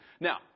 Now